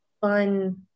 fun